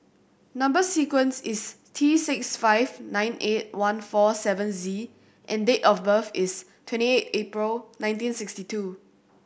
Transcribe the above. number sequence is T six five nine eight one four seven Z and date of birth is twenty eight April nineteen sixty two